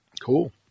Cool